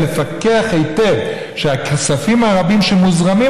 ולפקח היטב על כך שהכספים הרבים שמוזרמים